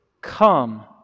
Come